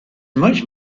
much